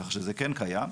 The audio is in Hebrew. כך שזה כן קיים.